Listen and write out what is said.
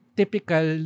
typical